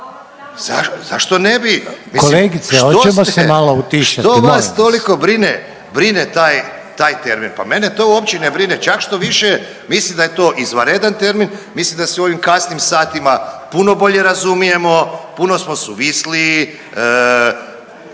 vas./… mislim što vas toliko brine taj termin. Pa mene to uopće ne brine, čak štoviše mislim da je to izvanredan termin, mislim da se u ovim kasnim satima puno bolje razumijemo, puno smo suvisliji,